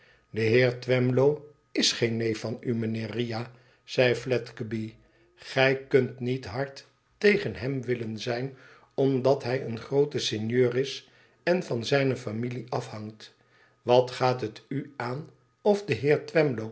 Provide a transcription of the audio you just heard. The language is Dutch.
de heer twemlow is geen neef van u mijnheer riah zei fledgeby gij kunt niet hard tegen hem willen zijn omdat hij een groot sinjeur is en van zijne familie afhangt wat gaat het u aan of de